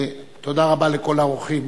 תודה רבה לכל האורחים.